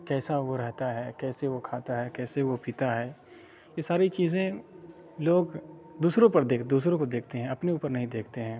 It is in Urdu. کیسا وہ رہتا ہے کیسے وہ کھاتا ہے کیسے وہ پیتا ہے یہ ساری چیزیں لوگ دوسروں پر دیکھ دوسروں کو دیکھتے ہیں اپنے اوپر نہیں دیکھتے ہیں